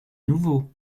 nouveau